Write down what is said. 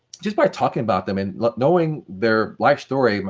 just by talking about them, and like knowing their life story, but